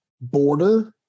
border